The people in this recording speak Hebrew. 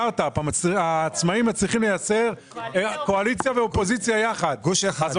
הממשלה תוכל להניח הצעת חוק באופן מוקדם רק בסיטואציה בה אנחנו